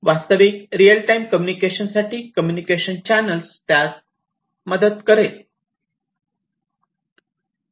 वास्तविक real time communication साठी communication channel त्यास मदत करेल